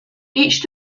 each